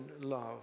love